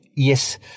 Yes